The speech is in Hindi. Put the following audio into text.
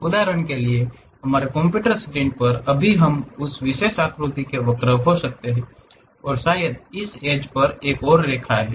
उदाहरण के लिए हमारे कंप्यूटर स्क्रीन पर अभी हम उस विशेष आकृति के वक्र हो सकते हैं और शायद इस एड्ज पर एक और रेखा है